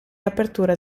apertura